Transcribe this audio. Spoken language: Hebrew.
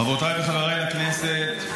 חברותיי וחבריי לכנסת,